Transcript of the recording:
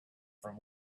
from